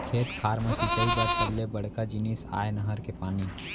खेत खार म सिंचई बर सबले बड़का जिनिस आय नहर के पानी